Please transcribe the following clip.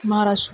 Maharashtra